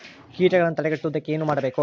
ಕೇಟಗಳನ್ನು ತಡೆಗಟ್ಟುವುದಕ್ಕೆ ಏನು ಮಾಡಬೇಕು?